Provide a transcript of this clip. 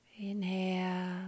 Inhale